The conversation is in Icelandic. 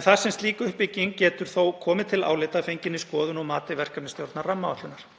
en þar sem slík uppbygging getur þó komið til álita að fenginni skoðun og mati verkefnisstjórnar rammaáætlunar.